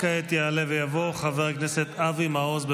כעת יעלה ויבוא חבר הכנסת אבי מעוז.